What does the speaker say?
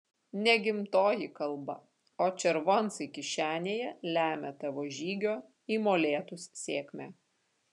ne gimtoji kalba o červoncai kišenėje lemia tavo žygio į molėtus sėkmę